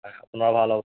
তাকে আপোনাৰ ভাল হ'ব